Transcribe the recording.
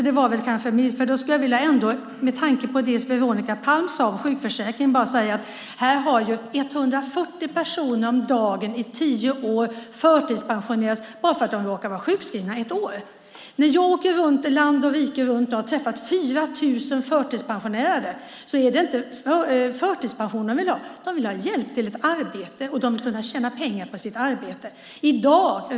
Men med tanke på det som Veronica Palm sade om sjukförsäkringen ska jag bara säga att 140 personer om dagen under tio år har förtidspensionerats bara för att de har varit sjukskrivna i ett år. När jag åker land och rike runt har jag träffat 4 000 förtidspensionärer. Men det är inte förtidspension som de vill ha, utan de vill ha hjälp till ett arbete och vill kunna tjäna pengar på sitt arbete.